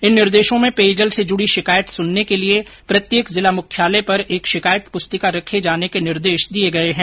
इन निर्देशों में पेयजल से जुड़ी शिकायत सुनने के लिए प्रत्येक जिला मुख्यालय पर एक शिकायत पुस्तिका रखे जाने के निर्देश दिए गए हैं